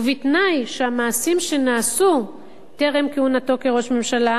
ובתנאי שהמעשים שנעשו טרם כהונתו כראש ממשלה